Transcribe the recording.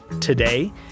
today